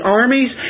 armies